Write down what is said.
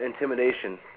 intimidation